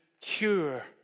cure